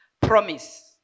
promise